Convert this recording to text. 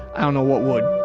i don't know what would